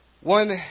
one